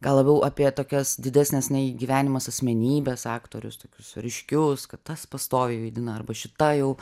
gal labiau apie tokias didesnes nei gyvenimas asmenybes aktorius tokius ryškius kad tas pastoviai vaidina arba šita jau